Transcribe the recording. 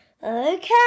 Okay